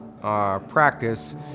practice